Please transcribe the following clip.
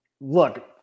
Look